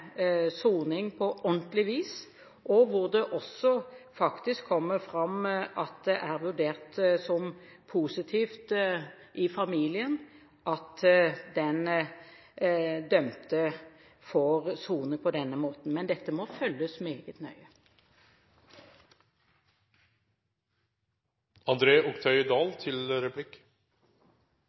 soning på ordentlig vis, og det kommer også fram at det er vurdert som positivt i familien at den dømte får sone på denne måten. Men dette må følges meget nøye. Jeg har bare lyst til